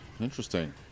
Interesting